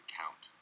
count